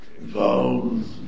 involves